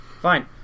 fine